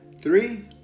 Three